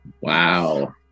Wow